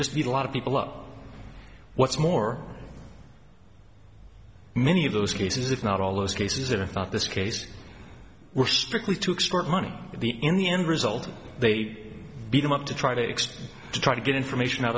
just did a lot of people up what's more many of those cases if not all those cases that i thought this case were strictly to extort money in the end result they beat them up to try to explain to try to get information